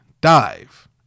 Dive